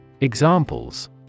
Examples